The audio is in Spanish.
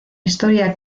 historia